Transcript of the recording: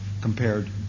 compared